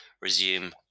resume